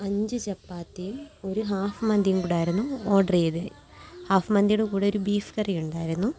അഞ്ച് ചപ്പാത്തിയും ഒരു ഹാഫ് മന്തിയും കൂടെ ആയിരുന്നു ഓഡർ ചെയ്തത് ഹാഫ് മന്തിയുടെ കൂടെ ഒരു ബീഫ് കറി ഉണ്ടായിരുന്നു